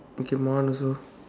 okay my one also